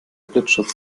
blitzschutz